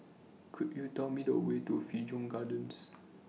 Could YOU Tell Me The Way to Figaro Gardens